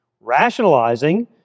Rationalizing